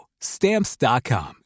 Stamps.com